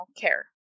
care